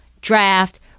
draft